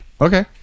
okay